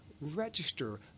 register